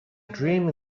dream